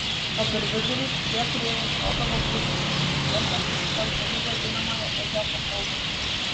o per vidurį tie kurie ieškodavo būdų sakyti tiesą pasitelkdami vadinamąją ezopo kalbą